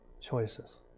Choices